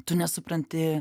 tu nesupranti